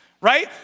right